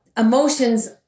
Emotions